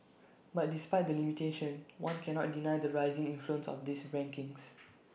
but despite the limitations one cannot deny the rising influence of these rankings